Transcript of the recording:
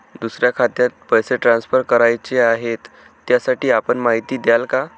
दुसऱ्या खात्यात पैसे ट्रान्सफर करायचे आहेत, त्यासाठी आपण माहिती द्याल का?